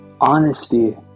honesty